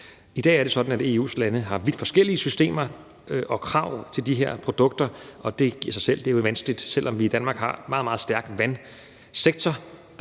I dag er det sådan, at EU's lande har vidt forskellige systemer og krav til de her produkter, og det giver sig selv, at det jo er vanskeligt. Selv om vi i Danmark har en meget, meget stærk vandsektor,